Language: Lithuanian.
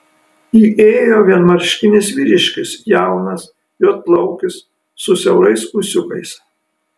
įėjo vienmarškinis vyriškis jaunas juodplaukis su siaurais ūsiukais